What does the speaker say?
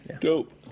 Dope